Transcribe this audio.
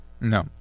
No